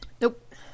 Nope